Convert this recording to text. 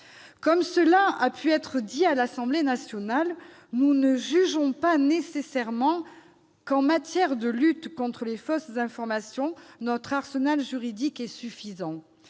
à ce qui a pu être affirmé à l'Assemblée nationale, nous n'estimons pas nécessairement que, « en matière de lutte contre les fausses informations, notre arsenal juridique est suffisant